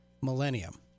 millennium